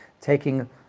taking